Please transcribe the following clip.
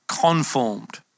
conformed